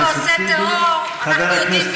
בינתיים מי ששורף ועושה טרור, אנחנו יודעים מיהו.